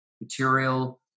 material